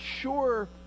sure